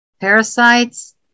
parasites